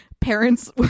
parents